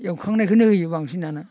एवखांनायखौनो होयो बांसिनानो